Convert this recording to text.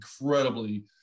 incredibly